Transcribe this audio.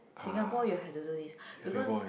Singapore you have to do this because